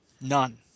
None